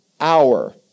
hour